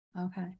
Okay